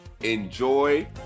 Enjoy